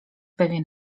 pewien